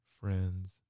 friends